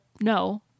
no